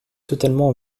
totalement